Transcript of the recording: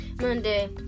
Monday